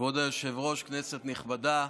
כבוד היושב-ראש, כנסת נכבדה,